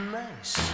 nice